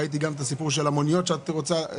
ראיתי גם את הסיפור של המוניות שאת מקדמת.